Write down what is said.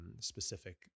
specific